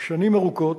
שנים ארוכות.